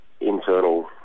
internal